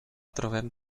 trobem